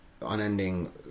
unending